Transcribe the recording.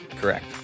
correct